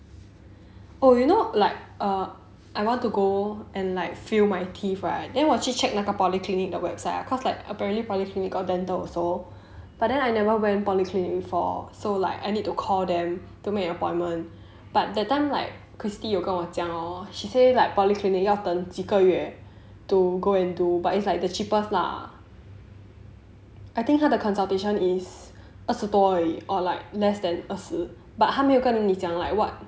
oh you know like I want to go and like fill my teeth right then 我去 check 那个 polyclinic the website ah cause like apparently polyclinic got dental also but then I never went polyclinic before so like I need to call them to make appointment but that time like kristy 有跟我讲 hor she say like polyclinic 要等几个月 to go and do but it's like the cheapest lah I think 他的 consultation is 二十多而已 or like less than 二十 but 他没有跟你讲 like what